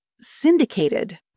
syndicated